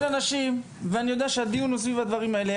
כשאני מזמין אנשים ואני יודע שהדיון הוא סביב הדברים האלה,